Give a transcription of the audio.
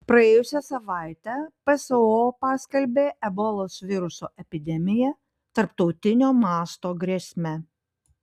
praėjusią savaitę pso paskelbė ebolos viruso epidemiją tarptautinio masto grėsme